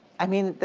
i mean,